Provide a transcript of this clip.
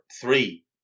three